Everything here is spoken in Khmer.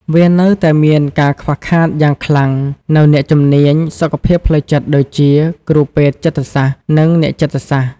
វានៅតែមានការខ្វះខាតយ៉ាងខ្លាំងនូវអ្នកជំនាញសុខភាពផ្លូវចិត្តដូចជា គ្រូពេទ្យចិត្តសាស្ត្រ និងអ្នកចិត្តសាស្រ្ត។